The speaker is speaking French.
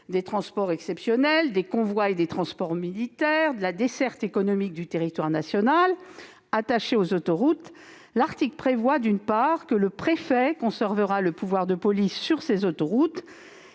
des transports exceptionnels, des convois et des transports militaires et la desserte économique du territoire national, l'article prévoit, d'une part, que le préfet conservera le pouvoir de police sur ces autoroutes,